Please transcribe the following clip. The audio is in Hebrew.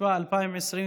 התשפ"א 2021,